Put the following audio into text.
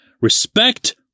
Respect